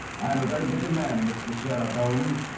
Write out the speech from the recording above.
i am a very busy man, mr. sherlock holmes.